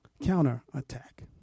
Counterattack